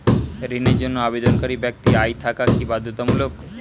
ঋণের জন্য আবেদনকারী ব্যক্তি আয় থাকা কি বাধ্যতামূলক?